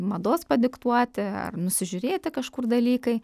mados padiktuoti ar nusižiūrėti kažkur dalykai